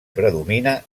predomina